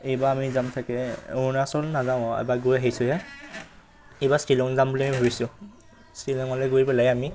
এইবাৰ আমি যাম চাগৈ অৰুণাচল নাযাওঁ এবাৰ গৈ আহিছোঁহে এইবাৰ শ্বিলং যাম বুলি আমি ভাবিছোঁ শ্বিলংলৈ গৈ পেলাই আমি